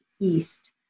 East